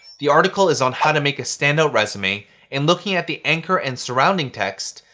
the article is on how to make a standout resume and looking at the anchor and surrounding text,